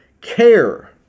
care